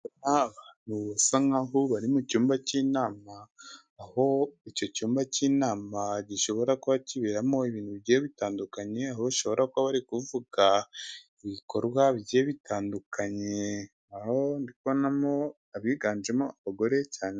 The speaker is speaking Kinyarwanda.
Aba ni abantu basa nkaho bari mu cyumba cy'inama, aho icyo cyumba cy'inama gishobora kuba kiberamo ibintu bigiye bitandukanye. Aho ushobora kuba bari kuvuga ku ibikorwa bigiye bitandukanye, aho ndikubonamo abiganjemo abagore cyane.